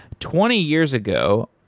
twenty years ago,